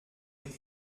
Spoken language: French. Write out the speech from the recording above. les